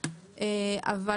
החודש.